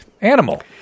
animal